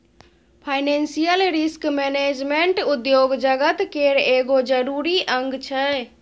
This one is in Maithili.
फाइनेंसियल रिस्क मैनेजमेंट उद्योग जगत केर एगो जरूरी अंग छै